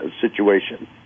situation